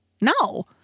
no